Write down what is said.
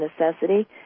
necessity